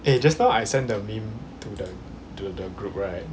eh just now I send the meme to the to the group right